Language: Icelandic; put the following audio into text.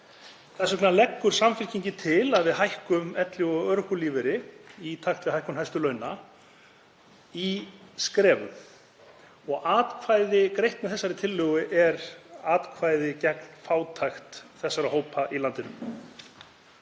Þess vegna leggur Samfylkingin til að við hækkum elli- og örorkulífeyri í takt við hækkun hæstu launa í skrefum. Atkvæði greitt með þessari tillögu er atkvæði gegn fátækt þessara hópa í landinu.